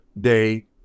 day